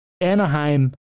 Anaheim